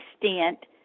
extent